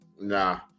nah